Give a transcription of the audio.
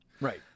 Right